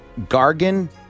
Gargan